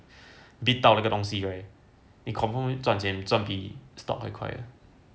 bid 到了个东西 right 你 confirm 会赚钱赚比 stock 还快 ah